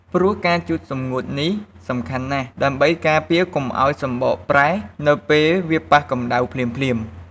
ព្រោះការជូតសម្ងួតនេះសំខាន់ណាស់ ដើម្បីការពារកុំឱ្យសំបកប្រេះនៅពេលវាប៉ះកម្តៅភ្លាមៗ។